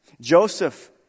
Joseph